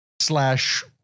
slash